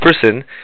person